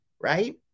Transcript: right